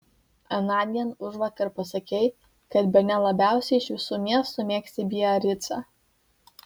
anądien užvakar pasakei kad bene labiausiai iš visų miestų mėgsti biaricą